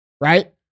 right